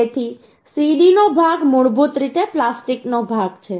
તેથી CD નો ભાગ મૂળભૂત રીતે પ્લાસ્ટિકનો ભાગ છે